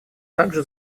также